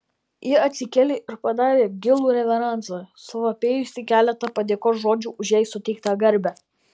ji atsikėlė ir padarė gilų reveransą suvapėjusi keletą padėkos žodžių už jai suteiktą garbę